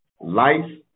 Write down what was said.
life